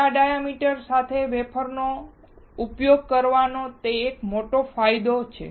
મોટા ડાયામીટર સાથે વેફરનો ઉપયોગ કરવાનો તે ફાયદો છે